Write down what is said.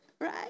Right